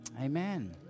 Amen